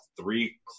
three